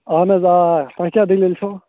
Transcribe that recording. اہن حظ آ آ تۄہہِ کیٛاہ دٔلیٖل چھو